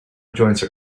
joints